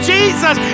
Jesus